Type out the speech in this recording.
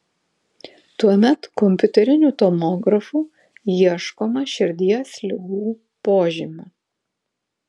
tuomet kompiuteriniu tomografu ieškoma širdies ligų požymių